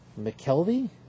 McKelvey